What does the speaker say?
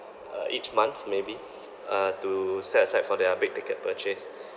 uh each month maybe uh to set aside for their big ticket purchase